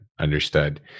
Understood